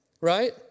right